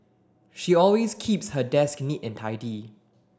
she always keeps her desk neat and tidy